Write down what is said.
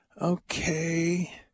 Okay